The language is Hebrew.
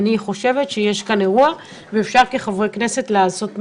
אני חושבת שיש כאן אירוע ואפשר כחברי כנסת לעשות מהלך,